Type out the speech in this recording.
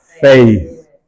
faith